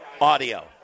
audio